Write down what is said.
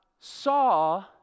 saw